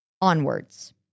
onwards